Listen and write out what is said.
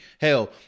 Hell